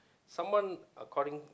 someone according